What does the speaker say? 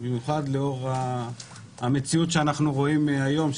במיוחד לאור המציאות שאנחנו רואים היום,